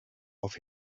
off